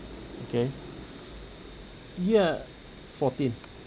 okay yeah fourteen